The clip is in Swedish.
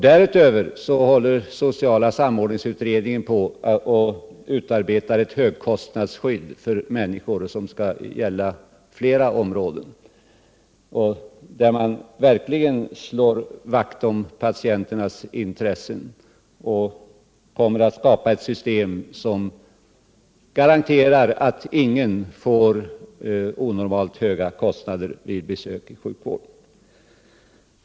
Därutöver håller sociala samordningsutredningen på att utarbeta ett högkostnadsskydd för flera olika områden, där man verkligen skall slå vakt om patienternas intressen. Därigenom skapas ett system som garanterar att ingen får onormalt höga kostnader vid besök i sjukvård.